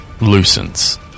loosens